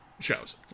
Shows